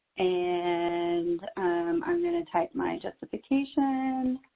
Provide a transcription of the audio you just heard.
and i'm going to type my justification.